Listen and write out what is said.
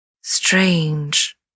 strange